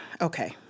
Okay